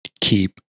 Keep